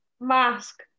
Mask